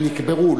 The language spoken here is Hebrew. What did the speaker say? הם נקברו.